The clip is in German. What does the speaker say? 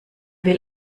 will